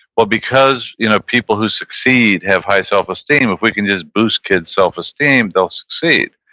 well, because you know people who succeed have high self-esteem, if we can just boost kids' self-esteem, they'll succeed.